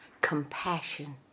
compassion